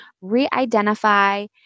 re-identify